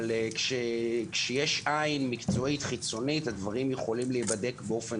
אבל כשיש עין מקצועית חיצונית הדברים יכולים להיבדק באופן